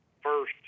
first